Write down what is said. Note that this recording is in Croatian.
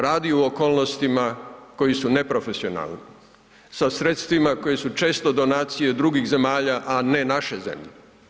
Radi u okolnostima koji su neprofesionalni, sa sredstvima koje su često donacije drugih zemalja, a ne naše zemlje.